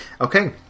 okay